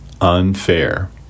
unfair